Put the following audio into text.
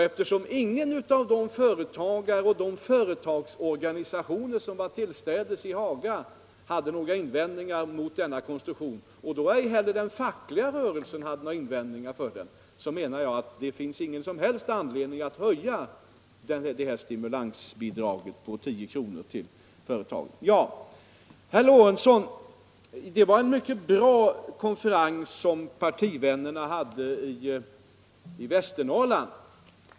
Eftersom ingen av de företagare och företagsorganisationer som var tillstädes i Haga hade några invändningar mot denna konstruktion och ej heller den fackliga rörelsen, menar jag att det inte finns någon anledning att höja detta stimulansbidrag på 10 kr. till företagen. Till herr Lorentzon vill jag säga att det var en riktigt bra konferens partivännerna hade i Västernorrland.